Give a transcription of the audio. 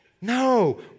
No